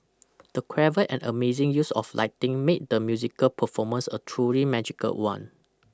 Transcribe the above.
the clever and amazing use of lighting made the musical performance a truly magical one